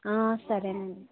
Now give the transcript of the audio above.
సరేనండి